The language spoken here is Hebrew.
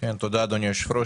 אדוני היושב ראש,